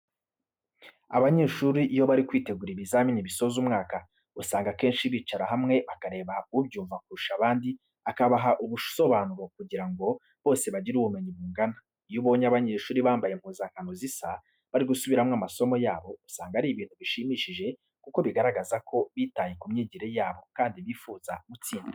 Abanyeshuri iyo bari kwitegura ibizamini bisoza umwaka, usanga akenshi bicara hamwe bakareba ubyumva kurusha abandi akabaha ubusobanuro kugira ngo bose bagire ubumenyi bungana. Iyo ubonye abanyeshuri bambaye impuzankano zisa, bari gusubiramo amasomo yabo, usanga ari ibintu bishimishije kuko bigaragaza ko bitaye ku myigire yabo kandi bifuza gutsinda.